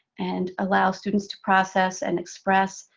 and allow students to process and express,